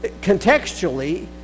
contextually